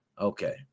Okay